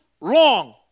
wrong